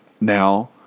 now